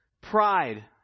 pride